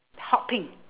hot pink